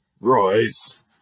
Royce